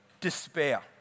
despair